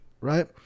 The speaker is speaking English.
right